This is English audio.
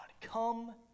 come